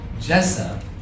Jessa